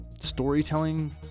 storytelling